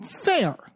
fair